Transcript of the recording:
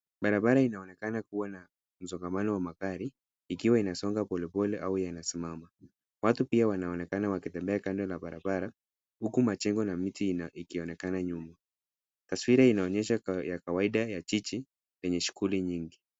Barabara inaonekana kuwa na msongamano wa magari ikiwa yanasoga polepole au yanasimama. Watu pia wanaonekana wakitembea kando ya barabara, huku majengo na miti ikionekana nyuma. Taswira inaonyesha hali ya kawaida ya jiji lenye shuguli nyingi.